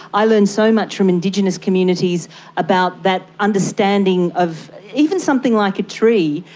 i learn so much from indigenous communities about that understanding of even something like a tree,